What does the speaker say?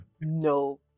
No